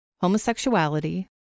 homosexuality